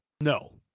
No